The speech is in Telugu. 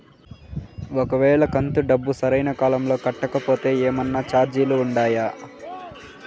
ఒక వేళ కంతు డబ్బు సరైన కాలంలో కట్టకపోతే ఏమన్నా చార్జీలు ఉండాయా?